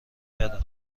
کردند